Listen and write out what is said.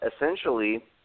Essentially